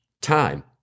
Time